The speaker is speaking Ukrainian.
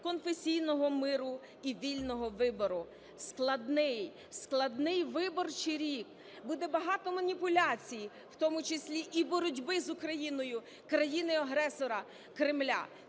конфесійного миру і вільного вибору. Складний, складний виборчий рік. Буде багато маніпуляцій, в тому числі і боротьби з Україною країни-агресора Кремля.